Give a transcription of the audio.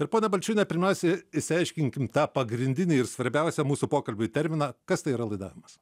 ir pone balčiūne pirmiausia išsiaiškinkim tą pagrindinį ir svarbiausią mūsų pokalbiui terminą kas tai yra laidavimas